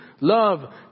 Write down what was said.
love